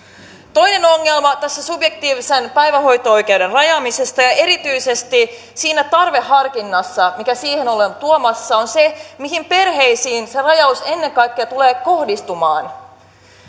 toinen ongelma tässä subjektiivisen päivähoito oikeuden rajaamisessa ja erityisesti siinä tarveharkinnassa mikä siihen ollaan tuomassa on se mihin perheisiin se rajaus ennen kaikkea tulee kohdistumaan